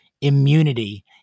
immunity